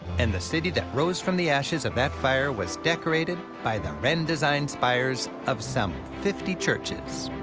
and the city that rose from the ashes of that fire was decorated by the wren-designed spires of some fifty churches.